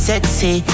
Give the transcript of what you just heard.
Sexy